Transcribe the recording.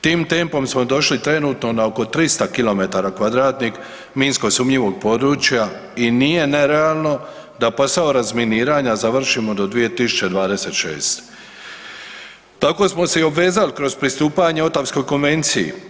Tim tempom smo došli trenutno na oko 300 km2 minsko sumnjivog područja i nije nerealno da posao razminiranja završimo do 2026. tako smo se i obvezali kroz pristupanje Ottawskoj konvenciji.